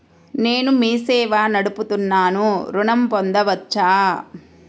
నేను మీ సేవా నడుపుతున్నాను ఋణం పొందవచ్చా?